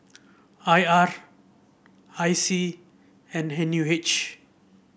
I R I C and N U H